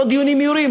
לא דיונים מהירים,